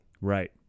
right